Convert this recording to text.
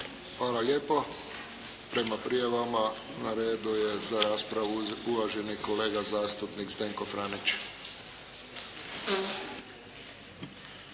Hvala lijepo. Prema prijavama na redu je za raspravu uvaženi kolega zastupnik Zdenko Franić.